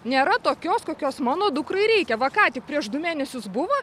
nėra tokios kokios mano dukrai reikia va ką tik prieš du mėnesius buvo